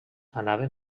anaven